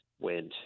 went